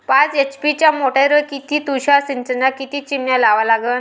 पाच एच.पी च्या मोटारीवर किती तुषार सिंचनाच्या किती चिमन्या लावा लागन?